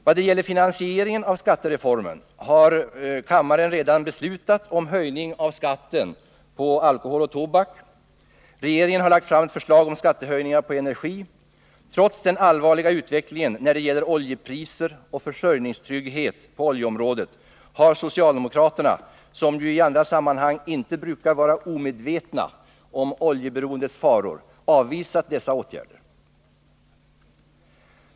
Vad gäller finansieringen av skattereformen har kammaren redan beslutat om höjning av skatten på alkohol och tobak. Regeringen har lagt fram förslag om skattehöjningar på energi. Trots den allvarliga utvecklingen när det gäller oljepriser och försörjningstrygghet på oljeområdet har socialdemokraterna, som ju i andra sammanhang inte brukar vara omedvetna om oljeberoendets faror, avvisat dessa åtgärder.